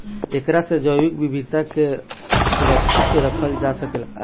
एकरा से जैविक विविधता के सुरक्षित रखल जा सकेला